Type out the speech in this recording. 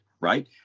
right